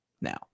now